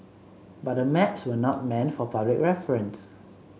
but the maps were not meant for public reference